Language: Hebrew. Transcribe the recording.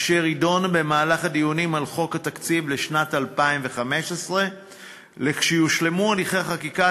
אשר יידון בדיונים על חוק התקציב לשנת 2015. לכשיושלמו הליכי החקיקה